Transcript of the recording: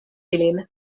ilin